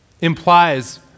implies